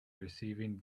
receiving